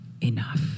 enough